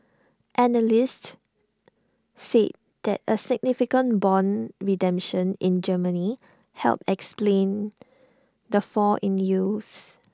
analysts said that A significant Bond redemption in Germany helped explain the fall in yields